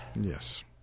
Yes